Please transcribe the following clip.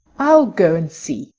i'll go and see.